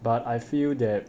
but I feel that